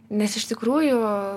nes iš tikrųjų